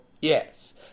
yes